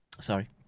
Sorry